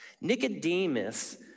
Nicodemus